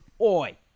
Oi